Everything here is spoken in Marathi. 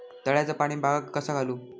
तळ्याचा पाणी बागाक कसा घालू?